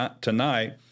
tonight